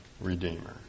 redeemer